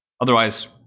Otherwise